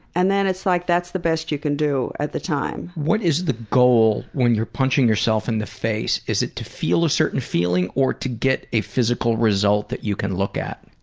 and then it's like, that's the best you can do at the time. what is the goal when you're punching yourself in the face? is it to feel a certain feeling or to get a physical result that you can look at?